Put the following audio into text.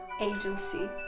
agency